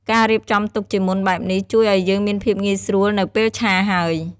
ការរៀបចំទុកជាមុនបែបនេះ ជួយឲ្យយើងមានភាពងាយស្រួលនៅពេលឆាហើយ។